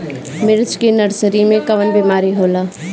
मिर्च के नर्सरी मे कवन बीमारी होला?